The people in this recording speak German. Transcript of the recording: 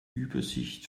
übersicht